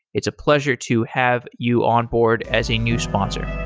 it's a pleasure to have you onboard as a new sponsor